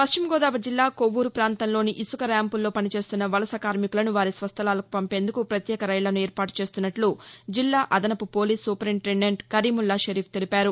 పశ్చిమగోదావరి జిల్లా కొవ్వూరు ప్రాంతంలోని ఇసుక ర్యాంపులలో పనిచేస్తున్న వలస కార్మికులను వారి స్వస్థలాలకు పంపేందుకు ప్రత్యేక రైళ్ళను ఏర్పాటు చేస్తున్నట్టు జిల్లా అదనపు పోలీసు సూపరింటెండెంట్ కరీముల్లా షరీఫ్ తెలిపారు